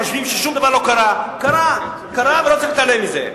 חושבים ששום דבר לא קרה, קרה ולא צריך להתעלם מזה.